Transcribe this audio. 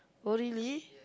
oh really